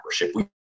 membership